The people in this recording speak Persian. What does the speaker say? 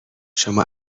شما